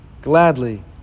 gladly